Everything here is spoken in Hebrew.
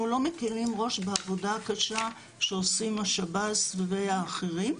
אנחנו לא מקלים ראש בעבודה הקשה שעושים השב"ס והאחרים,